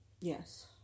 Yes